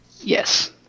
Yes